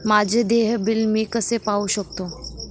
माझे देय बिल मी कसे पाहू शकतो?